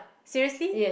seriously